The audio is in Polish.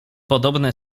podobne